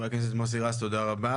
חבר הכנסת מוסי רז, תודה רבה.